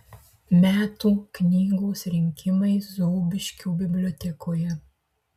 metų knygos rinkimai zūbiškių bibliotekoje